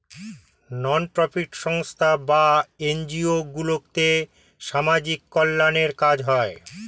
নন profit সংস্থা বা NGO গুলোতে সামাজিক কল্যাণের কাজ হয়